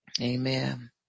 Amen